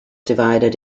divided